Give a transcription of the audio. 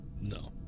No